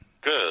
Good